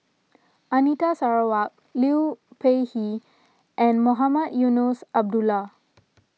Anita Sarawak Liu Peihe and Mohamed Eunos Abdullah